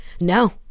no